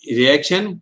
reaction